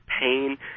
pain